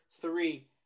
three